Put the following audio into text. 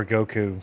Goku